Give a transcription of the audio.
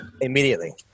immediately